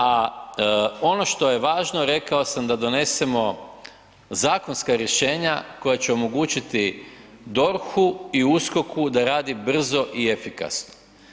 A ono što je važno, rekao sam da donesemo zakonska rješenja koja će omogućiti DORH-u i USKOK-u da radi brzo i efikasno.